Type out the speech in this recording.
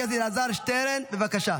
חבר הכנסת אלעזר שטרן, בבקשה.